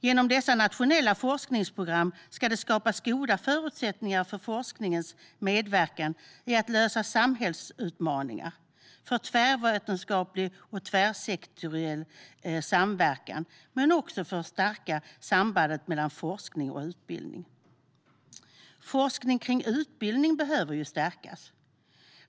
Genom dessa nationella forskningsprogram ska det skapas goda förutsättningar för forskningens medverkan att lösa samhällsutmaningar och för tvärvetenskaplig och tvärsektoriell samverkan men också för att stärka samverkan mellan forskning och utbildning. Forskningen om utbildning behöver stärkas.